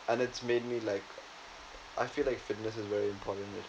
and it's made me like I feel like fitness is very important it